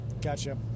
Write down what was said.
Gotcha